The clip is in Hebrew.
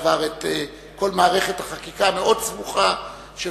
עבר את כל מערכת החקיקה הסבוכה מאוד של